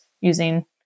using